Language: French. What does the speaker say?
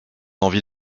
envie